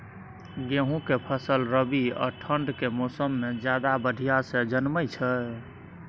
गेहूं के फसल रबी आ ठंड के मौसम में ज्यादा बढ़िया से जन्में छै?